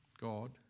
God